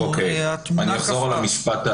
אנחנו נמצאים בעוד גל דרמטי